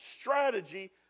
strategy